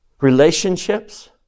relationships